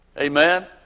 Amen